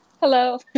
Hello